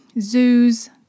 zoos